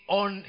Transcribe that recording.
on